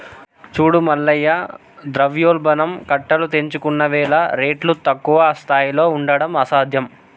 చూడు మల్లయ్య ద్రవ్యోల్బణం కట్టలు తెంచుకున్నవేల రేట్లు తక్కువ స్థాయిలో ఉండడం అసాధ్యం